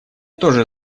тоже